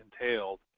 entailed